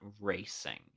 racing